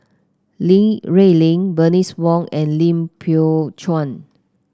Li Rulin Bernice Wong and Lim Biow Chuan